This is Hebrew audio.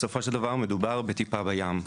בסופו של דבר מדובר בטיפה בים.